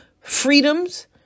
freedoms